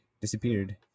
disappeared